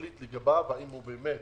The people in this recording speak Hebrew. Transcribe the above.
ולהחליט לגביו אם הוא באמת